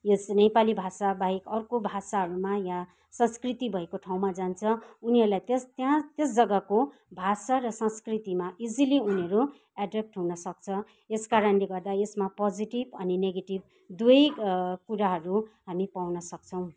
यस नेपाली भाषा बाहेक अर्को भाषाहरूमा या संस्कृति भएको ठाउँमा जान्छ उनीहरूलाई त्यस त्यहाँ त्यस जग्गाको भाषा र संस्कृतिमा इजिली उनीहरू एडप्ट हुन सक्छ यसकारणले गर्दा यसमा पोजिटिब अनि नेगेटिभ दुवै कुराहरू हामी पाउन सक्छौँ